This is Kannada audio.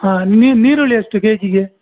ಹಾಂ ನೀರುಳ್ಳಿ ಎಷ್ಟು ಕೆ ಜಿಗೆ